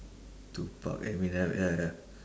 two pac eminem ya ya